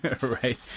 right